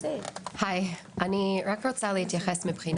היי, אני רק רוצה להתייחס לגבי